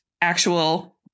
actual